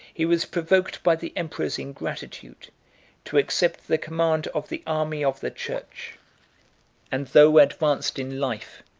he was provoked by the emperor's ingratitude to accept the command of the army of the church and though advanced in life,